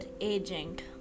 agent